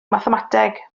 mathemateg